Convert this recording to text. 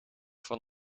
van